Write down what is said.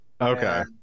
Okay